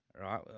right